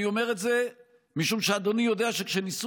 אני אומר את זה משום שאדוני יודע שכשניסו